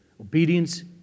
obedience